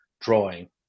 drawing